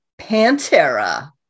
Pantera